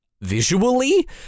visually